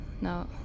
no